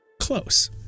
close